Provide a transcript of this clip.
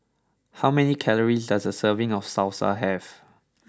how many calories does a serving of Salsa have